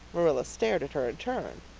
marilla stared in her turn.